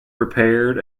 repaired